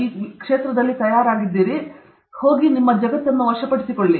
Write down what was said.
ನೀವು ಆ ಕ್ಷೇತ್ರದಲ್ಲಿ ನಿಮ್ಮ ಮಾರ್ಗದರ್ಶಿ ಹಿಂದೆ ಹೋಗಿ ನಂತರ ನೀವು ಹೆಚ್ಚು ವಿಶ್ವಾಸದಿಂದ ಮಾತನಾಡಿ